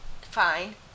fine